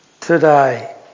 today